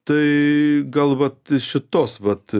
tai gal vat iš šitos vat